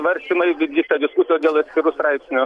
svarstymai vyksta diskusijos dėl atskirų straipsnių